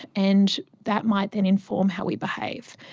and that might then inform how we behave.